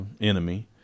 enemy